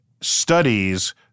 studies—